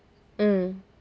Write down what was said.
mm